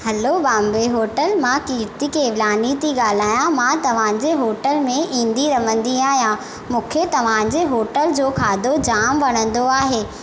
hello Bombay hotel मां कीर्ती केवलानी थी ॻाल्हायां मां तव्हां जे होटल में ईंदी रहंदी आहियां मूंखे तव्हां जे होटल जो खाधो जाम वणंदो आहे